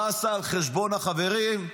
טסה על חשבון החברים,